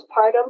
postpartum